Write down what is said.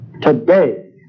today